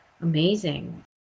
amazing